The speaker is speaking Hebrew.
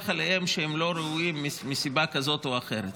עליהם שהם לא ראויים מסיבה כזאת או אחרת.